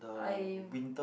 I